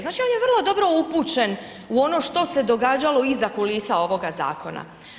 Znači on je vrlo dobro upućen u ono što se događalo iza kulisa ovoga zakona.